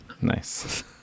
Nice